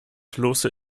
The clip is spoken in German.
bloße